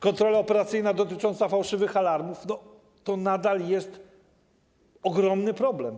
Kontrola operacyjna dotycząca fałszywych alarmów to nadal jest ogromny problem.